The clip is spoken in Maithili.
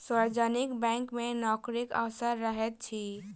सार्वजनिक बैंक मे नोकरीक अवसर रहैत अछि